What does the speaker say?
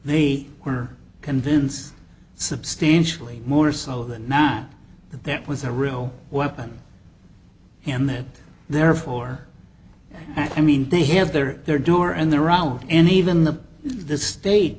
they were convinced substantially more solid than not that that was a real weapon and that therefore i mean they have their their door and their round and even the the state